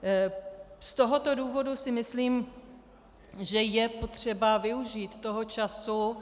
Z tohoto důvodu si myslím, že je potřeba využít toho času.